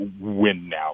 win-now